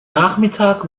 nachmittag